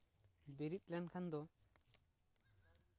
ᱵᱤᱨᱤᱫ ᱞᱮᱱᱠᱷᱟᱱ ᱫᱚ